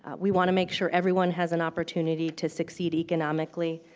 we want to make sure everyone has an opportunity to succeed economically.